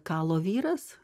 kalo vyras